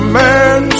man